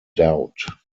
doubt